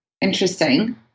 Interesting